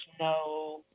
no